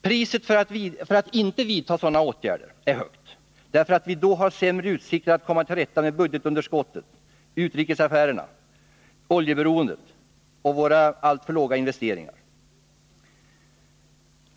Priset för att inte vidta sådana åtgärder är högt, därför att vi då har sämre utsikter att komma till rätta med budgetunderskottet, utrikesaffärerna, oljeberoendet och våra alltför låga investeringar.